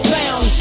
found